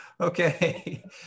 okay